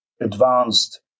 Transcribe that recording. advanced